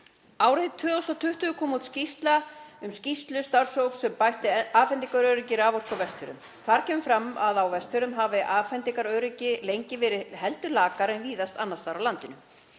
Árið 2020 kom út skýrsla um skýrslu starfshóps um bætt afhendingaröryggi raforku á Vestfjörðum. Þar kemur fram að á Vestfjörðum hafi afhendingaröryggi lengi verið heldur lakara en víðast annars staðar á landinu.